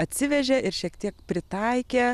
atsivežė ir šiek tiek pritaikė